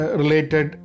related